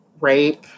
rape